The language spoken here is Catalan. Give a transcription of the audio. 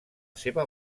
seva